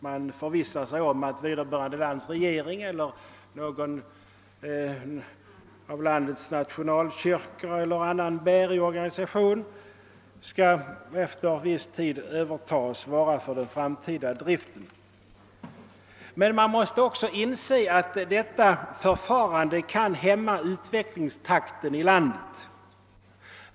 Man förvissar sig om att vederbörande lands regering eller någon av landets nationalkyrkor eller annan bärig organisation efter viss tid skall överta och svara för den framtida driften. Detta förfarande kan emellertid också hämma utvecklingstakten i landet.